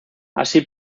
así